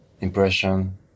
impression